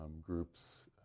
groups